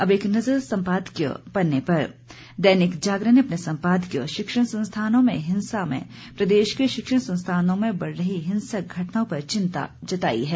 अब एक नजर संपादकीय पन्ने पर दैनिक जागरण ने अपने संपादकीय शिक्षण संस्थानों में हिंसा में प्रदेश के शिक्षण संस्थानों में बढ़ रही हिंसक घटनाओं पर चिंता जताई है